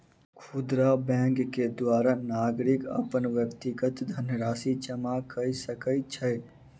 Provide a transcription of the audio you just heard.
खुदरा बैंक के द्वारा नागरिक अपन व्यक्तिगत धनराशि जमा कय सकै छै